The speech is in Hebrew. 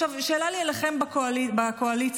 שאלה לי אליכם בקואליציה: